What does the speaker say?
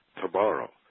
tomorrow